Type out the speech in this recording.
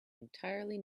entirely